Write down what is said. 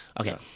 okay